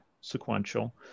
sequential